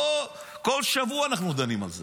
לא, כל שבוע אנחנו דנים על זה.